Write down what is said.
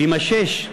למשש,